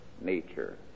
nature